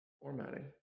formatting